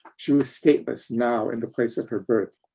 she was stateless now in the place of her birth,